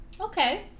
okay